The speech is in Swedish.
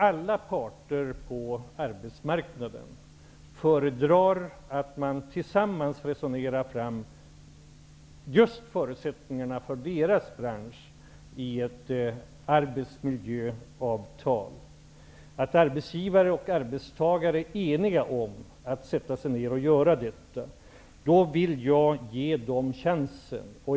Alla parter på arbetsmarknaden föredrar att man tillsammans resonerar fram förutsättningarna för de olika branscherna i ett arbetsmiljöavtal. Arbetsgivare och arbetstagare är eniga om att sätta sig ned och göra detta. Jag vill därför ge dem chansen.